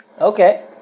okay